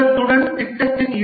திட்டத்துடன் திட்டத்தின்